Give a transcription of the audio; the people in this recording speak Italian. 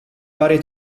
varie